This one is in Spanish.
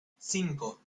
cinco